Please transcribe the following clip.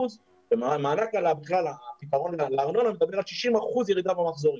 ומענק על הארנונה מדבר על 60% ירידה במחזורים.